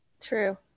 True